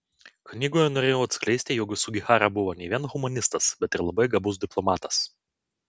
knygoje norėjau atskleisti jog sugihara buvo ne vien humanistas bet ir labai gabus diplomatas